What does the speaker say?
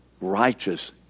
righteous